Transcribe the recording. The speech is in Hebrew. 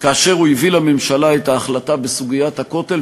כאשר הוא הביא לממשלה את ההחלטה בסוגיית הכותל,